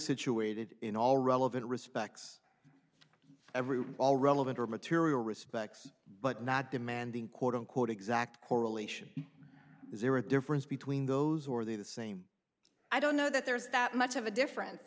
situated in all relevant respects every all relevant material respects but not demanding quote unquote exact correlation is there a difference between those who are the same i don't know that there's that much of a difference